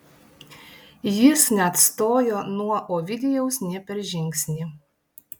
jis neatstojo nuo ovidijaus nė per žingsnį